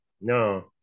No